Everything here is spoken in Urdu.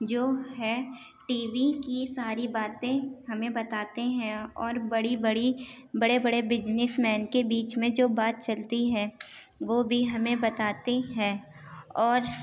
جو ہے ٹی وی کی ساری باتیں ہمیں بتاتے ہیں اور بڑی بڑی بڑے بڑے بزنس مین کے بیچ میں جو بات چلتی ہے وہ بھی ہمیں بتاتے ہیں اور